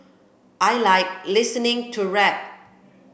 I like listening to rap